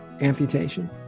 amputation